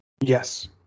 Yes